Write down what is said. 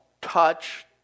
touch